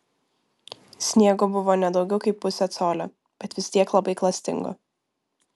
sniego buvo ne daugiau kaip pusė colio bet vis tiek labai klastingo